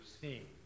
seen